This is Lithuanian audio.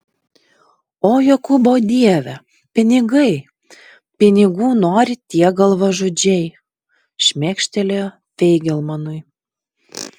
o jokūbo dieve pinigai pinigų nori tie galvažudžiai šmėkštelėjo feigelmanui